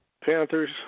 Panthers